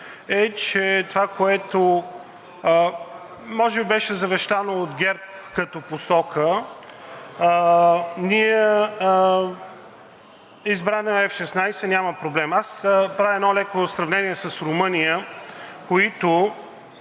е, че това, което може би беше завещано от ГЕРБ като посока, избран е F-16, няма проблем. Правя едно леко сравнение с Румъния, които